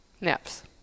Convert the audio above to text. naps